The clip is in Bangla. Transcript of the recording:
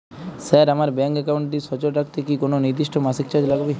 স্যার আমার ব্যাঙ্ক একাউন্টটি সচল রাখতে কি কোনো নির্দিষ্ট মাসিক চার্জ লাগবে?